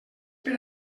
per